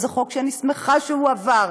וזה חוק שאני שמחה שהוא עבר,